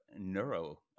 neuro